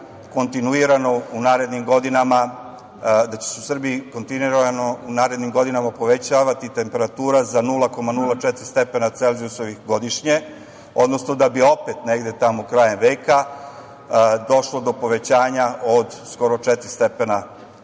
da će se u Srbiji kontinuirano u narednim godinama povećavati temperatura za 0,04 stepena Celzijusovih, godišnje, odnosno da bi opet negde tamo krajem veka došlo do povećanja od skoro četiri stepena Celzijusovih.